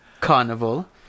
carnival